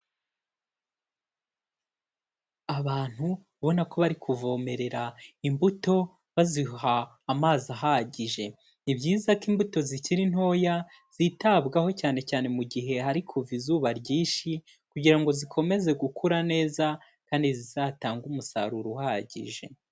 Abantu ubona ko bari kuvomerera imbuto baziha amazi ahagije, ni byiza ko imbuto zikiri ntoya zitabwaho cyane cyane mu gihe hari kuva izuba ryinshi kugira ngo zikomeze gukura neza kandi zizatange umusaruro uhagije.